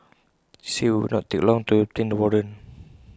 she said IT would not take long to obtain the warrant